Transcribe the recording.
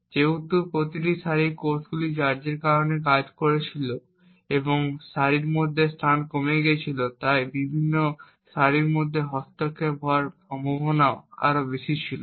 এবং যেহেতু প্রতিটি সারির কোষগুলি চার্জের কারণে কাজ করেছিল এবং সারির মধ্যে স্থান কমে গিয়েছিল তাই এই বিভিন্ন সারির মধ্যে হস্তক্ষেপ হওয়ার সম্ভাবনা আরও বেশি ছিল